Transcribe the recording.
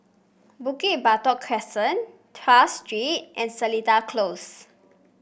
Bukit Batok Crescent Tras Street and Seletar Close